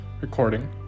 recording